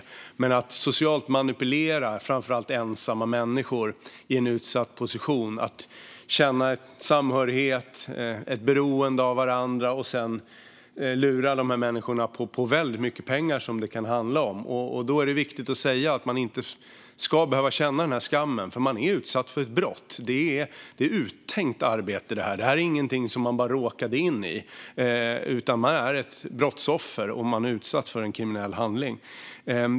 Men det handlar om att socialt manipulera framför allt ensamma människor i en utsatt position så att de känner samhörighet och ett beroende av varandra och sedan lura dessa människor på väldigt mycket pengar. Det är viktigt att säga att man inte ska behöva känna skammen. Man är utsatt för ett brott. Det är ett uttänkt arbete. Det är inte någonting som man bara råkade in i. Man är ett brottsoffer, och man är utsatt för en kriminell handling.